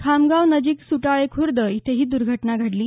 खामगाव नजिक सुटाळे खुर्द इथं ही दुर्घटना घडली